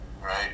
right